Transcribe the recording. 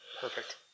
Perfect